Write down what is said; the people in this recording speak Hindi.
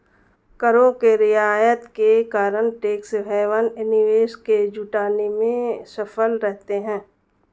करों के रियायत के कारण टैक्स हैवन निवेश को जुटाने में सफल रहते हैं